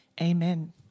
Amen